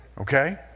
Okay